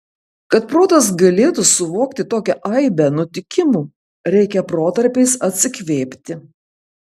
kad protas galėtų suvokti tokią aibę nutikimų reikia protarpiais atsikvėpti